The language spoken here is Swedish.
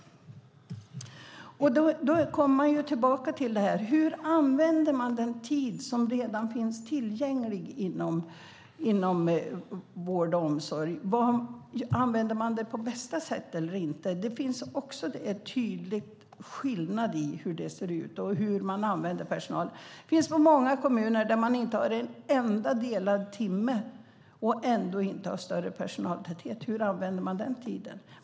Man kommer tillbaka till detta: Hur använder man den tid som redan finns tillgänglig inom vård och omsorg? Använder man den på bästa sätt eller inte? Där finns en tydlig skillnad i hur det ser ut och hur man använder personal. Det finns många kommuner som inte har en enda delad timme och ändå inte har större personaltäthet. Hur använder man den tiden?